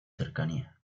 cercanía